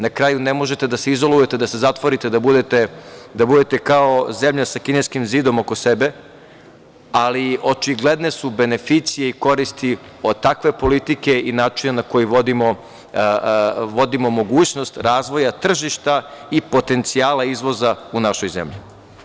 Na kraju, ne možete da se izolujete, da se zatvorite, da budete kao zemlja sa kineskim zidom oko sebe, ali očigledne su beneficije, koristi od takve politike i načina na koji vodimo mogućnost razvoja tržišta i potencijala izvoza u napoj zemlji.